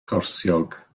corsiog